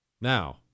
Now